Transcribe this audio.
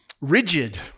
rigid